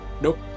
Nope